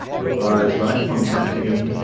your eyes light upon something, and,